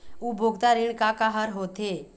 उपभोक्ता ऋण का का हर होथे?